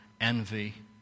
envy